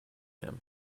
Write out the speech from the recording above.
him